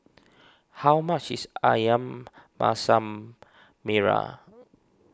how much is Ayam Masak Merah